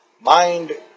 Mind